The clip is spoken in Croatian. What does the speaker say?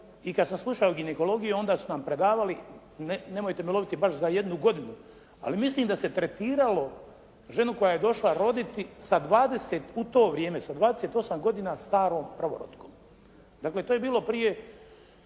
i kad sam slušao ginekologiju onda su nam predavali, nemojte me loviti baš za jednu godinu, ali mislim da se tretiralo ženu koja je došla roditi sa 20, u to vrijeme sa 28 godina starom prvorotkom. Dakle to je bilo prije